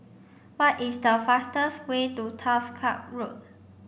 what is the fastest way to Turf Club Road